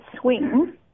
swing